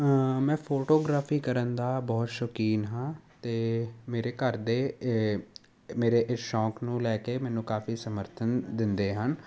ਮੈਂ ਫੋਟੋਗ੍ਰਾਫੀ ਕਰਨ ਦਾ ਬਹੁਤ ਸ਼ੌਕੀਨ ਹਾਂ ਅਤੇ ਮੇਰੇ ਘਰ ਦੇ ਮੇਰੇ ਇਸ ਸ਼ੌਂਕ ਨੂੰ ਲੈ ਕੇ ਮੈਨੂੰ ਕਾਫੀ ਸਮਰਥਨ ਦਿੰਦੇ ਹਨ